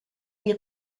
die